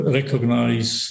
recognize